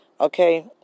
Okay